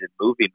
movie